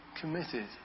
committed